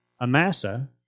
Amasa